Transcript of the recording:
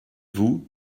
vous